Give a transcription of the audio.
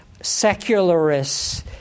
secularists